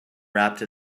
wrapped